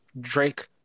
Drake